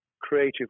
creative